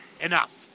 enough